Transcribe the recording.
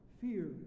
Fear